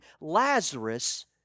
Lazarus